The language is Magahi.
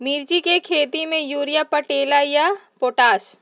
मिर्ची के खेती में यूरिया परेला या पोटाश?